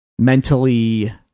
mentally